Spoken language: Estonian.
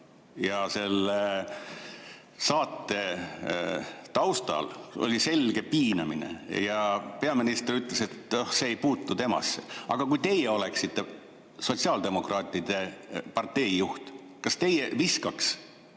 Selle saate taustal oli selge piinamine ja peaminister ütles, et see ei puutu temasse. Aga kui teie oleksite sotsiaaldemokraatide partei juht, kas teie viskaks